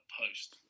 post